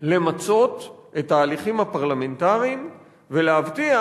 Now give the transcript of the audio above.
למצות את ההליכים הפרלמנטריים ולהבטיח